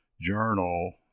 journal